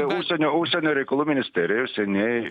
užsienio užsienio reikalų ministerijai seniai